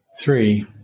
Three